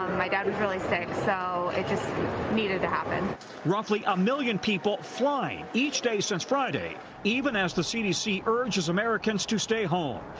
my dad's really sick so it just needed to happen. reporter roughly a million people flying each day since friday even as the cdc urges americans to stay home.